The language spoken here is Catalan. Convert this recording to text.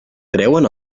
treuen